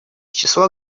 числа